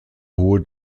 hohe